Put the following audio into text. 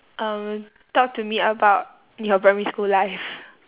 um talk to me about your primary school life